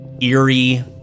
eerie